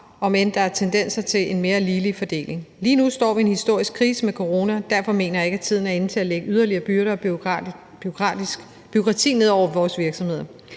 end der er tendenser til en mere ligelig fordeling. Lige nu står vi i en historisk krise med corona, og derfor mener jeg ikke, at tiden er inde til at lægge yderligere byrder og bureaukrati ned over vores virksomheder.